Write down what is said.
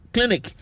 Clinic